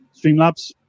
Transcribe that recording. Streamlabs